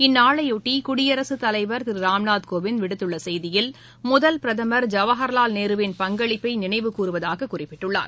இந்நாளையொட்டிகுடியரசுத் தலைவா் திருராம்நாத்கோவிந்த் விடுத்தள்ளசெய்தியில் முதல் பிரதமா் ஜவஹர்லால் நேருவின் பங்களிப்பைநினைவு கூறுவதாகக் குறிப்பிட்டுள்ளார்